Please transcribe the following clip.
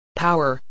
Power